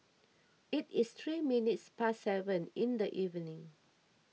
it is three minutes past seven in the evening